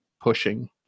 pushing